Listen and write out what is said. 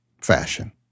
fashion